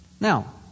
Now